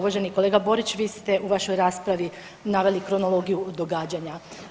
Uvaženi kolega Borić vi ste u vašoj raspravi naveli kronologiju događanja.